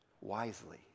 wisely